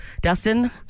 Dustin